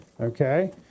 Okay